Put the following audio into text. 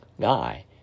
Guy